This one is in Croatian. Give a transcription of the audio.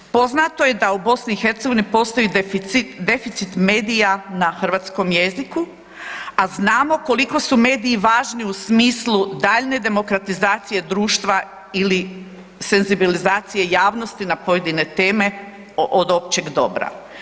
Poznato da je u BiH-u postoji deficit medija na hrvatskom jeziku a znamo koliko su mediji važni u smislu daljnje demokratizacije društva ili senzibilizacije javnosti na pojedine teme od općeg dobra.